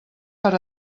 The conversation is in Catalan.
per